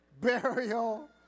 burial